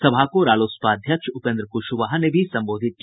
सभा को रालोसपा अध्यक्ष उपेन्द्र कुशवाहा ने भी संबोधित किया